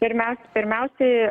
pirmiaus pirmiausiai